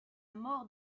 mort